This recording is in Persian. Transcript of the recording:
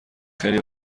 خیلی